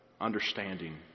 understanding